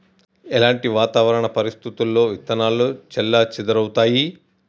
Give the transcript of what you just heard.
ఎలాంటి వాతావరణ పరిస్థితుల్లో విత్తనాలు చెల్లాచెదరవుతయీ?